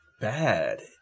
bad